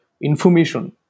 information